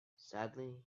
sadly